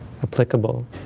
applicable